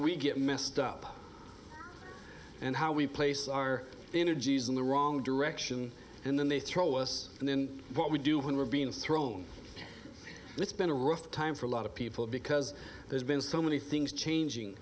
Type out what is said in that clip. we get messed up and how we place our energies in the wrong direction and then they throw us in what we do when we're being thrown and it's been a rough time for a lot of people because there's been so many things changing